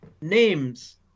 names